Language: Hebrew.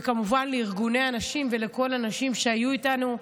וכמובן לארגוני הנשים ולכל הנשים שהיו איתנו.